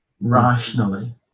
rationally